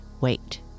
wait